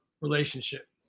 relationship